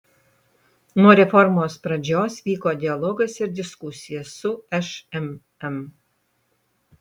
nuo reformos pradžios vyko dialogas ir diskusija su šmm